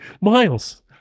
Miles